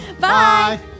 Bye